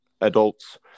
adults